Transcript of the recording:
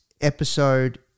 episode